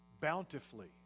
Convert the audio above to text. bountifully